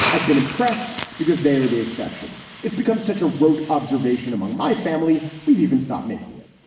i've been impressed because they are the exceptions. it's become such a rote observation among my family. we've even stopped making it.